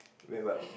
wait but